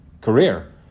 career